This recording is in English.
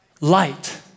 light